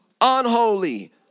unholy